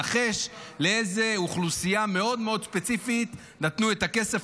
נחש לאיזו אוכלוסייה מאוד מאוד ספציפית נתנו את הכסף